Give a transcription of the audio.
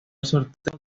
sorteo